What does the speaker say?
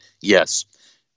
Yes